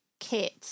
kit